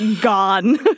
gone